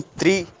three